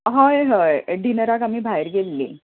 हय हय डिनराक आमी भायर गेल्लीं